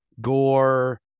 Gore